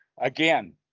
again